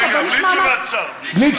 ישיב שר החינוך, שנייה, ביטן,